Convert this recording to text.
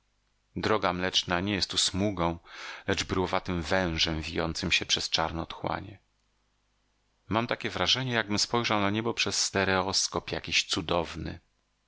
droga mleczna nie jest tu smugą lecz bryłowatym wężem wijącym się przez czarne otchłanie mam takie wrażenie jakbym spojrzał na niebo przez stereoskop jakiś cudowny